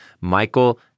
Michael